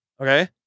Okay